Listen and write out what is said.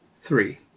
Three